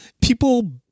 People